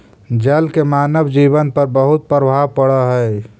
जल के मानव जीवन पर बहुत प्रभाव पड़ऽ हई